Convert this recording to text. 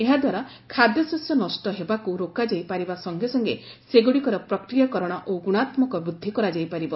ଏହା ଦ୍ୱାରା ଖାଦ୍ୟଶସ୍ୟ ନଷ୍ଟ ହେବାକୁ ରୋକାଯାଇ ପାରିବା ସଙ୍ଗେ ସଙ୍ଗେ ସେଗୁଡ଼ିକର ପ୍ରକ୍ରିୟାକରଣ ଓ ଗୁଣାତ୍ମକ ବୃଦ୍ଧି କରାଯାଇପାରିବ